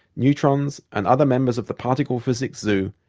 neutrons and other members of the particle physics zoo,